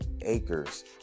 acres